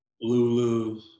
Lulu